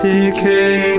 Decay